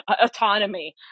autonomy